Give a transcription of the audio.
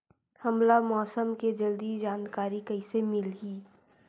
हमला मौसम के जल्दी जानकारी कइसे मिलही?